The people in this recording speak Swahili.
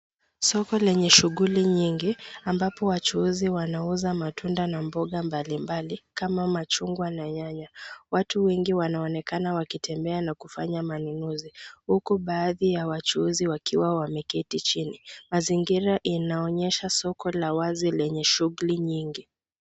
Soko lenye shughuli nyingi ambapo wachuuzi wanauza matunda na mboga mbalimbali kama machungwa na nyanya. Watu wengi wanaonekana wakitembe na wakifanya manunuzu huku baadhi ya wachuuzi wakiwa wameketi chini. Mazingira inaonyesha soko la wazi lenye shughuli nyingi.